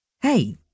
Hey